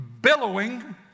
billowing